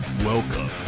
Welcome